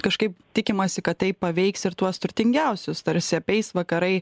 kažkaip tikimasi kad tai paveiks ir tuos turtingiausius tarsi apeis vakarai